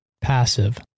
Passive